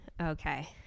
okay